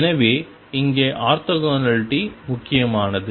எனவே இங்கே ஆர்த்தோகனாலிட்டி முக்கியமானது